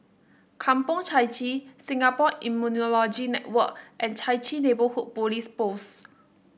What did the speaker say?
Kampong Chai Chee Singapore Immunology Network and Chai Chee Neighbourhood Police Post